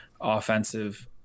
offensive